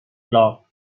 flock